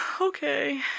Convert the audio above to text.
okay